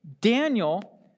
Daniel